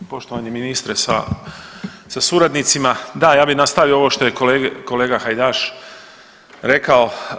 Poštovani ministre sa, sa suradnicima, da ja bi nastavio ovo što je kolega Hajdaš rekao.